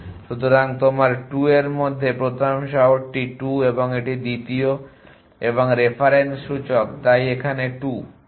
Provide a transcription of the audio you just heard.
সুতরাং তোমার 2 এর মধ্যে প্রথম শহরটি 2 এবং এটি দ্বিতীয় এবং রেফারেন্স সূচক তাই এখানে 2